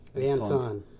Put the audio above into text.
Anton